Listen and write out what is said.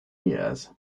years